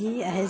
দি আহে